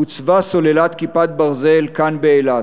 הוצבה סוללת "כיפת ברזל" כאן באילת.